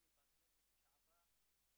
אני גם מתקומם על המשפט ששיעור האנשים